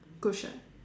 cushion